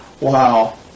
Wow